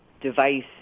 device